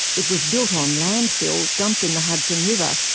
it was built on landfill dumped in the hudson river,